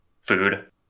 food